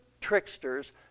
tricksters